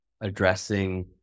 addressing